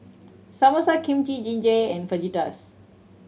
Samosa Kimchi Jjigae and Fajitas